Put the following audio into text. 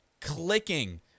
clicking